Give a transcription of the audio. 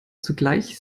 zugleich